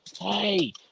Hey